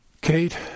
Kate